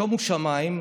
שומו שמיים,